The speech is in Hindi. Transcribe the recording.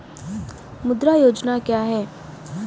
मुद्रा योजना क्या है?